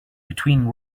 between